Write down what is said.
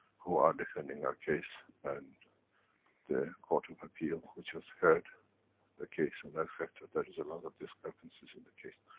who are defending our case, and the court of appeal which has heard the case, and accepted there is a lot of discrepancies in the case.